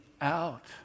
out